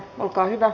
olkaa hyvä